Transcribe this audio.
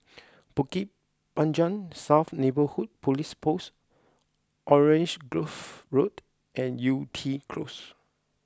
Bukit Panjang South Neighbourhood Police Post Orange Grove Road and Yew Tee Close